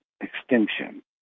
extinction